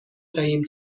دهیم